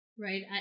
Right